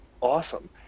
awesome